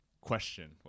question